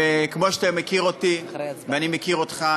וכמו שאתה מכיר אותי ואני מכיר אותך,